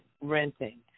renting